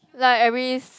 like every